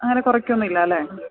അങ്ങനെ കുറയ്ക്കുകയൊന്നും ഇല്ല അല്ലേ